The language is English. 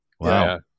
wow